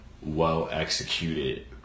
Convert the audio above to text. well-executed